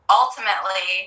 ultimately